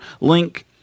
link